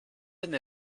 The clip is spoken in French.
année